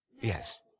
yes